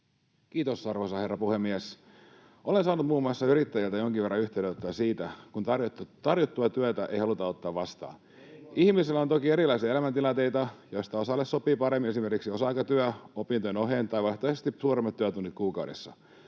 Kiitos, arvoisa herra puhemies! Olen saanut muun muassa yrittäjiltä jonkin verran yhteydenottoja siitä, kun tarjottua työtä ei haluta ottaa vastaan. [Ben Zyskowicz: Ei voi olla totta!] Ihmisillä on toki erilaisia elämäntilanteita, joissa osalle sopii paremmin esimerkiksi osa-aikatyö opintojen oheen tai vaihtoehtoisesti suuremmat työtunnit kuukaudessa.